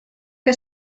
que